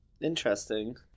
interesting